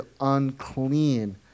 unclean